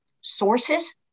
sources